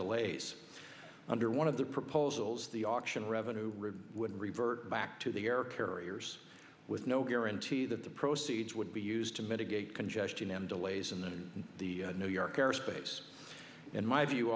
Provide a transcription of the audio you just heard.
delays under one of the proposals the auction revenue would revert back to the air carriers with no guarantee that the proceeds would be used to mitigate congestion and delays and the new york airspace in my view